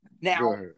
Now